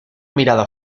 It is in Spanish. mirada